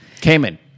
Cayman